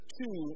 two